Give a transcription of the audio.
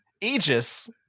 aegis